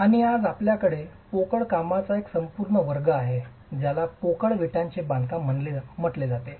आणि आज आपल्याकडे पोकळ कामांचा एक संपूर्ण वर्ग आहे ज्याला पोकळ विटांचे बांधकाम म्हटले जाते